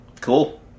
Cool